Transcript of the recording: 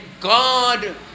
God